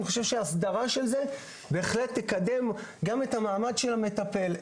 אני חושב שהסדרה של זה בהחלט תקדם גם את המעמד של המטפל,